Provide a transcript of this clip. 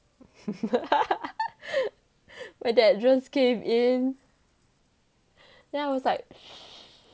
when that just came in then I was like